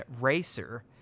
Racer